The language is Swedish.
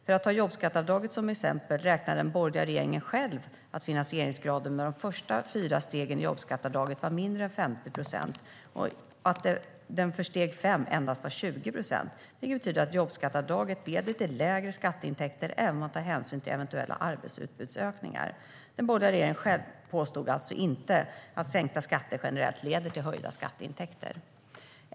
För att ta jobbskatteavdraget som exempel beräknade den borgerliga regeringen själv att självfinansieringsgraden för de första fyra stegen i jobbskatteavdraget var mindre än 50 procent och att den för steg fem endast var 20 procent, vilket betyder att jobbskatteavdraget leder till lägre skatteintäkter även om man tar hänsyn till eventuella arbetsutbudsökningar. Den borgerliga regeringen själv påstod alltså inte att sänkta skatter generellt sett leder till höjda skatteintäkter.